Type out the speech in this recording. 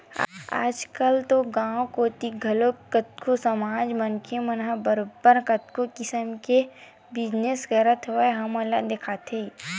आजकल तो गाँव कोती घलो कतको समाज के मनखे मन ह बरोबर कतको किसम के बिजनस करत होय हमन ल दिखथे